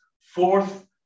fourth